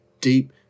deep